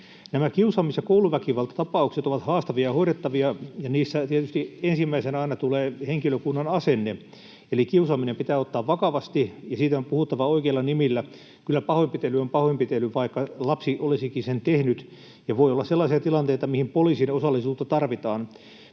Nämä kiusaamis‑ ja kouluväkivaltatapaukset ovat haastavia hoidettavia, ja niissä tietysti ensimmäisenä aina tulee henkilökunnan asenne. Kiusaaminen pitää ottaa vakavasti, ja siitä on puhuttava oikeilla nimillä. Kyllä pahoinpitely on pahoinpitely, vaikka sen olisikin tehnyt lapsi, ja voi olla sellaisia tilanteita, mihin tarvitaan poliisin osallisuutta.